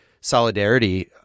solidarity